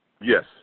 Yes